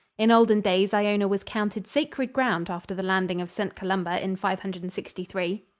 in olden days iona was counted sacred ground after the landing of st. columba in five hundred and sixty three,